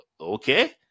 okay